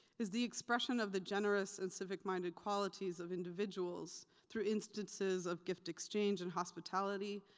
is the expression of the generous and civic-minded qualities of individuals through instances of gift exchange and hospitality,